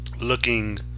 looking